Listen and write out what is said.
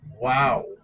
Wow